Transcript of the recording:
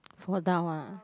fall down ah